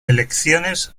elecciones